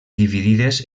dividides